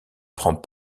prend